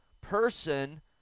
person